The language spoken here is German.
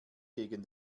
gegen